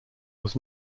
was